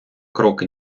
кроки